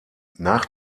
nach